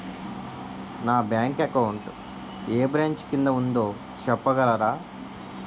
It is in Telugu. నా బ్యాంక్ అకౌంట్ ఏ బ్రంచ్ కిందా ఉందో చెప్పగలరా?